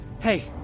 Hey